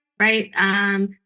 right